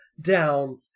down